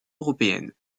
européenne